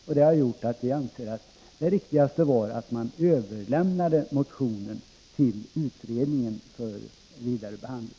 Vi ansåg därför att det var riktigast att överlämna motionen till utredningen för vidare behandling.